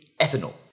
ethanol